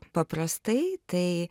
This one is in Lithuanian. paprastai tai